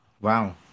Wow